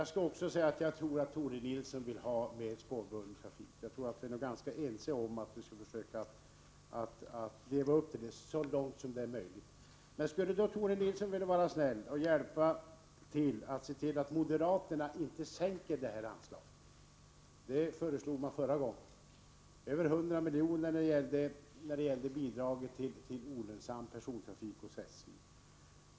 Herr talman! Jag tror också att Tore Nilsson vill ha mer spårbunden trafik. Jag tror att vi är ganska ense om att försöka leva upp till det målet så långt det är möjligt. Men skulle Tore Nilsson då vilja vara snäll och hjälpa till att se till att moderaterna inte sänker detta anslag. Förra gången frågan var aktuell föreslog man en sänkning med över 100 miljoner när det gällde bidragen till olönsam persontrafik hos SJ.